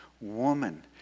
woman